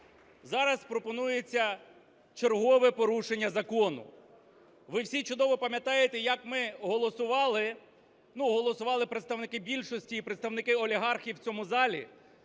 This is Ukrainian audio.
Зараз пропонується чергове порушення закону. Ви всі чудово пам'ятаєте, як ми голосували (ну, голосували представники більшості і представники олігархів в цьому залі)